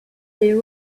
they